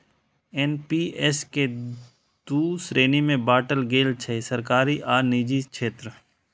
NPS कें दू श्रेणी मे बांटल गेल छै, सरकारी आ निजी क्षेत्र